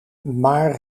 maar